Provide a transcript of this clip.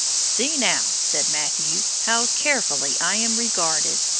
see now, said matthew, how carefully i am reguarded.